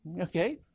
Okay